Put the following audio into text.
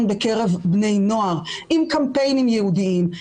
בקרב בני נוער עם קמפיינים ייעודיים,